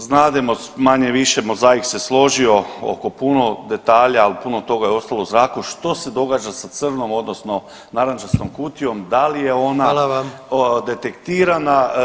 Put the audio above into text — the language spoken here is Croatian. Znademo manje-više mozaik se složio oko puno detalja, ali puno toga je ostalo u zraku što se događa sa crnom, odnosno narančastom kutijom, da li je ona [[Upadica predsjednik: Hvala vam.]] detektirana.